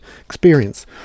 experience